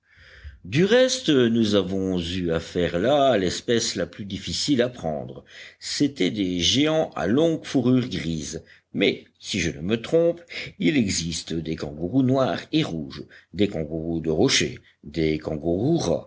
du reste nous avons eu affaire là à l'espèce la plus difficile à prendre c'étaient des géants à longue fourrure grise mais si je ne me trompe il existe des kangourous noirs et rouges des kangourous de rochers des